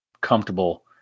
comfortable –